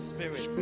Spirit